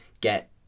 get